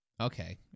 Okay